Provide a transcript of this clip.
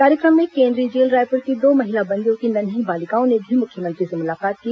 कार्यक्रम में केन्द्रीय जेल रायपुर की दो महिला बंदियों की नन्हीं बालिकाओं ने भी मुख्यमंत्री से मुलाकात की